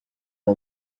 you